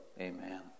amen